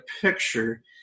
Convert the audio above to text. picture